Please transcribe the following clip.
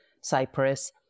Cyprus